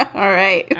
all right